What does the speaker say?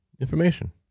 Information